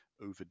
over